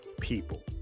people